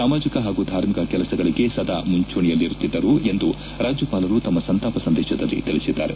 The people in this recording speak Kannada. ಸಾಮಾಜಿಕ ಹಾಗೂ ಧಾರ್ಮಿಕ ಕೆಲಸಗಳಿಗೆ ಸದಾ ಮುಂಚೂಣಿಯಲ್ಲಿರುತ್ತಿದ್ದರು ಎಂದು ರಾಜ್ಲಪಾಲರು ತಮ್ನ ಸಂತಾಪ ಸಂದೇಶದಲ್ಲಿ ತಿಳಿಸಿದ್ದಾರೆ